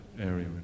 area